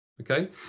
Okay